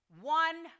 one